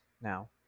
now